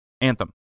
Anthem